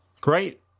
great